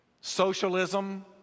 socialism